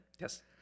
Yes